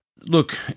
look